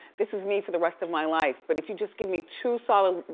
this is me for the rest of my life, but if you just give me two solid,